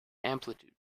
amplitude